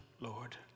Lord